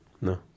No